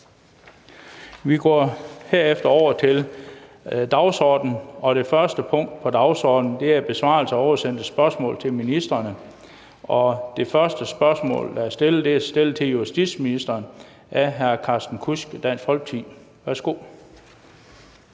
Vi går herefter over til dagsordenen, og det første punkt på dagsordenen er besvarelse af oversendte spørgsmål til ministrene. Det første spørgsmål, der er stillet, er stillet til justitsministeren af hr. Carsten Kudsk, Dansk Folkeparti.